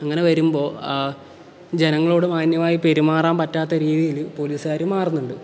അങ്ങനെ വരുമ്പോൾ ആ ജനങ്ങളോട് മാന്യമായി പെരുമാറാൻ പറ്റാത്ത രീതിയിൽ പോലീസുകാർ മാറുന്നുണ്ട്